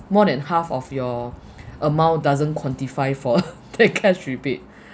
more than half of your amount doesn't quantify for that cash rebate